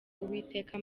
uwiteka